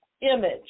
image